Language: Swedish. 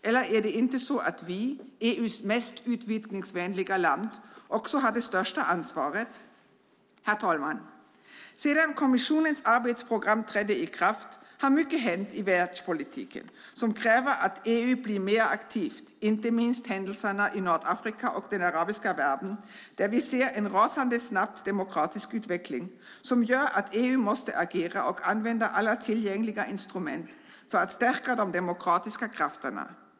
Eller har inte vi, EU:s mest utvidgningsvänliga land, också det största ansvaret? Herr talman! Sedan kommissionens arbetsprogram trädde i kraft har mycket hänt i världspolitiken som kräver att EU blir mer aktivt. Det gäller inte minst händelserna i Nordafrika och den arabiska världen, där vi ser en rasande snabb demokratisk utveckling som gör att EU måste agera och använda alla tillgängliga instrument för att stärka de demokratiska krafterna.